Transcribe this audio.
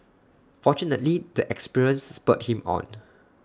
fortunately the experience spurred him on